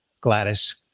Gladys